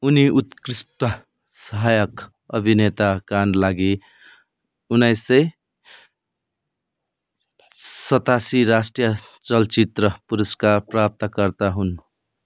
उनी उत्कृष्ट सहायक अभिनेताका लागि उन्नाइस सय सतासी राष्ट्रिय चलचित्र पुरस्कार प्राप्तकर्ता हुन्